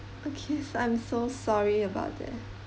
okay I'm so sorry about that